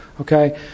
okay